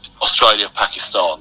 Australia-Pakistan